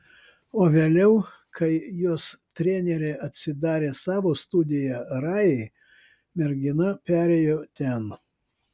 o vėliau kai jos trenerė atsidarė savo studiją rai mergina perėjo ten